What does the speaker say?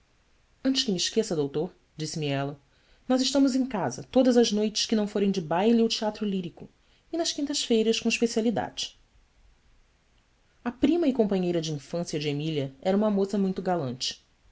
antes que me esqueça doutor disse-me ela nós estamos em casa todas as noites que não forem de baile ou teatro lírico e nas quintas-feiras com especialidade a prima e companheira de infância de emília era uma moça muito galante